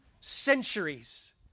centuries